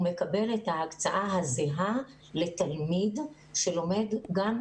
הוא מקבל את ההקצאה הזהה לתלמיד שלומד גם.